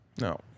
no